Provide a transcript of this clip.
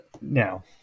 now